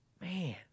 Man